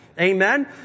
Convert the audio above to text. Amen